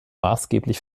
maßgeblich